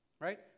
Right